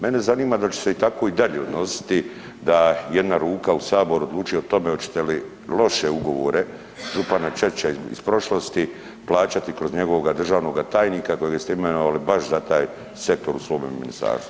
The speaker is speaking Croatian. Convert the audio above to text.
Mene zanima da li će se tako i dalje odnositi da jedna ruka u Saboru odlučuje o tome hoćete li loše ugovore Župana … [[govornik se ne razumije]] iz prošlosti, plaćati kroz njegovoga državnoga tajnika kojega ste imenovali baš za taj sektor u svome ministarstvu.